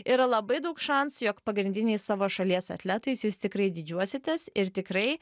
yra labai daug šansų jog pagrindiniais savo šalies atletais jūs tikrai didžiuositės ir tikrai